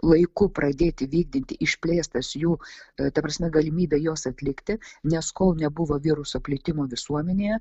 laiku pradėti vykdyti išplėstas jų ta prasme galimybė juos atlikti nes kol nebuvo viruso plitimo visuomenėje